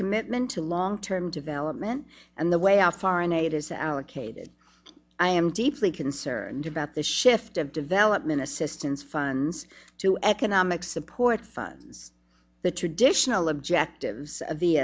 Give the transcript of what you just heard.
commitment to long term development and the way our foreign aid is allocated i am deeply concerned about the shift of development assistance funds to economic support the traditional objectives